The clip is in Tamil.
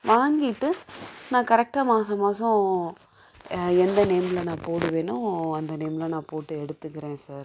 வாங்கிட்டு நான் கரெக்டா மாசம் மாசம் எந்த நேமில் நான் போடுவேன்னோ அந்த நேமில் நான் போட்டு எடுத்துக்கிறேன் சார்